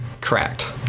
Correct